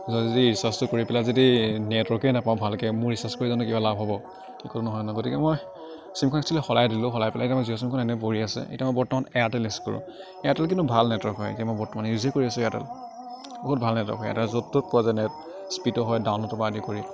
যদি ৰিচাৰ্জটো কৰি পেলাই যদি নেটৰ্ৱকেই নাপাওঁ ভালকৈ মোৰ ৰিচাৰ্জ কৰি জানো কিবা লাভ হ'ব একো নহয় ন গতিকে মই চিমখন একচুৱেলী সলাই দিলোঁ সলাই পেলাই এতিয়া মই জিঅ' চিমখন এনেই পৰি আছে এতিয়া মই বৰ্তমান এয়াৰটেল ইউজ কৰোঁ এয়াৰটেল কিন্তু ভাল নেটৱৰ্ক হয় এতিয়া মই বৰ্তমান ইউজে কৰি আছোঁ এয়াৰটেল বহুত ভাল নেটৰ্ৱক হয় এয়াৰটেল য'ত ত'ত পোৱা যায় নেট স্পীডো হয় ডাউনলোডৰপৰা আদি কৰি